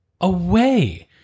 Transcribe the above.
away